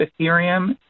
Ethereum